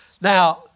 Now